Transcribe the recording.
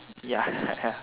ya